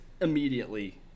immediately